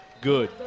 good